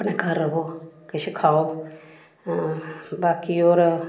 अपने घर र'वो किश खाओ आं बाकी होर